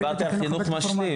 דיברתי על חינוך משלים.